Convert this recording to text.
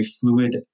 fluid